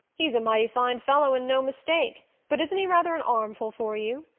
he's a mighty fine fellow and no mistake but isn't he rather an armful for you?